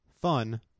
fun